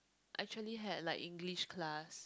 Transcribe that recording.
actually had like English class